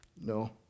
No